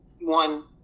one